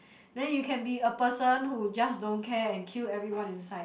then you can be a person who just don't care and kill everyone inside